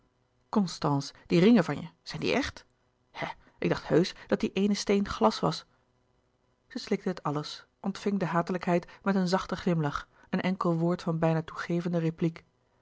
constance die ringen van je zijn die echt hè ik dacht heusch dat die eene steen glas was zij slikte het alles ontving de hatelijkheid met een zachten glimlach een enkel woord van bijna toegevende repliek